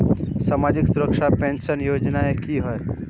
सामाजिक सुरक्षा पेंशन योजनाएँ की होय?